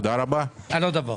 בבקשה,